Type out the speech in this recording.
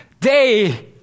day